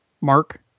Mark